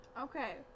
Okay